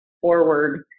forward